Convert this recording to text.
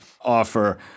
offer